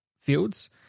fields